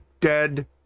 dead